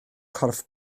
corff